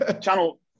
Channel